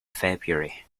february